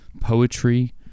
poetry